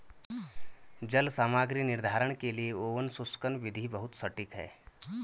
जल सामग्री निर्धारण के लिए ओवन शुष्कन विधि बहुत सटीक है